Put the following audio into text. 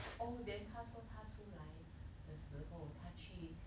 oh then 他说他出来的时候他去